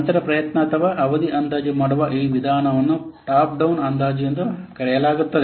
ನಂತರ ಪ್ರಯತ್ನ ಅಥವಾ ಅವಧಿಯನ್ನು ಅಂದಾಜು ಮಾಡುವ ಈ ವಿಧಾನವನ್ನು ಟಾಪ್ ಡೌನ್ ಅಂದಾಜು ಎಂದು ಕರೆಯಲಾಗುತ್ತದೆ